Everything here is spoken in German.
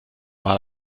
mal